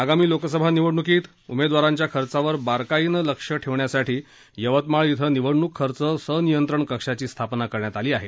आगामी लोकसभा निवडणुकीत उमेदवारांच्या खर्चावर बारकाईनं लक्ष ठेवण्यासाठी यवतमाळ इथं निवडणुक खर्च सनियंत्रण कक्षाची स्थापना करण्यात आली आहे